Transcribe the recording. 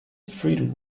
freedom